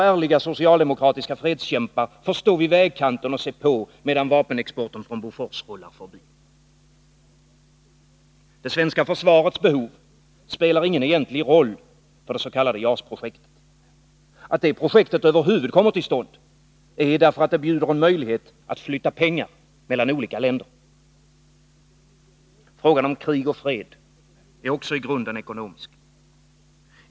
Ärliga socialdemokratiska fredskämpar får stå vid vägkanten och se på, medan vapenexporten från Bofors rullar förbi. Det svenska försvarets behov spelar ingen egentlig roll för JAS-projektet. Att det projektet över huvud kommer till stånd beror på att det bjuder en möjlighet att flytta pengar mellan olika länder. Också frågan om krig och fred är i grunden ekonomisk.